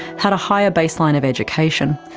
had a higher baseline of education,